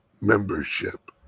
membership